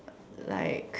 like